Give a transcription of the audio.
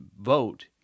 vote